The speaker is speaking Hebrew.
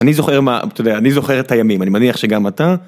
אני זוכר את הימים, אני מניח שגם אתה.